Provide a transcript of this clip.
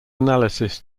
analysis